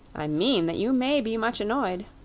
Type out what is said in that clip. i mean that you may be much annoyed.